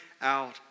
out